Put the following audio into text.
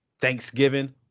Thanksgiving